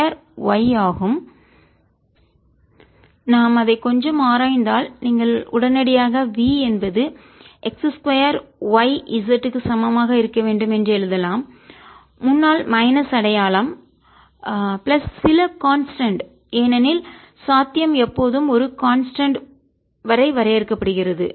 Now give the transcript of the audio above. F2xyzix2zjx2yk ∂V∂xFx2xyz ∂V∂yFyx2z ∂V∂z Fzx2y நாம் அதை கொஞ்சம் ஆராய்ந்தால் நீங்கள் உடனடியாக V என்பது x 2 y z க்கு சமமாக இருக்க வேண்டும் என்று எழுதலாம் முன்னால் மைனஸ் அடையாளம் பிளஸ் சில கான்ஸ்டன்ட் மாறிலி ஏனெனில் சாத்தியம் எப்போதும் ஒரு கான்ஸ்டன்ட் மாறிலிவரை வரையறுக்கப்படுகிறது